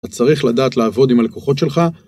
אתה צריך לדעת לעבוד עם הלקוחות שלך